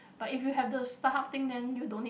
but if you have the Starhub thing then you don't need